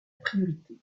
priorité